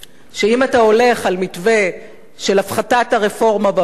של הפחתת הרפורמה במס